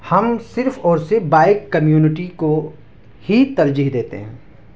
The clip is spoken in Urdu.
ہم صرف اور صرف بائک کمیونٹی کو ہی ترجیح دیتے ہیں